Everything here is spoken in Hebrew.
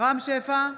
רם שפע,